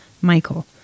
Michael